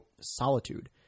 solitude